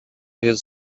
his